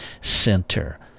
center